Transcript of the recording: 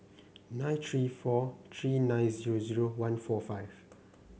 nine three four three nine zero zero one four five